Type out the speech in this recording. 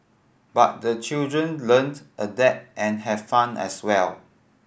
but the children learnt adapted and have fun as well